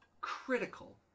critical